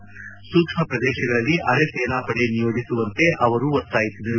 ಹಾಗೂ ಸೂಕ್ಷ್ಮ ಪ್ರದೇಶಗಳಲ್ಲಿ ಅರೆಸೇನಾ ಪಡೆ ನಿಯೋಜಿಸುವಂತೆ ಅವರು ಒತ್ತಾಯಿಸಿದರು